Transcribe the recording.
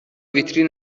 ویترین